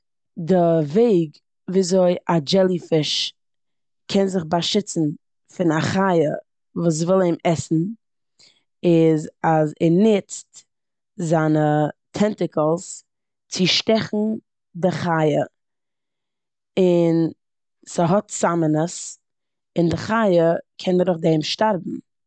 די וועג וויאזוי א דשעליפיש קען זיך באשיצן פון א חי וואס וויל אים עסן איז אז ער נוצט זיינע טענטעקלס צו שטעכן די חי און ס'האט סם אין עס און די חיה קען דורך דעם שטארבן.